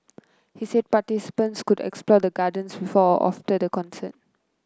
he said participants could explore the gardens before or after the concert